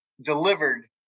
Delivered